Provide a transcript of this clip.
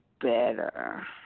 better